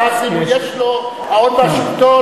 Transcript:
כי אז אם יש לו ההון והשלטון,